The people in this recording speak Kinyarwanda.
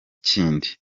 kindi